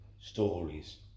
stories